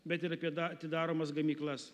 bet ir apie da atidaromas gamyklas